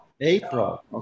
April